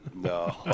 No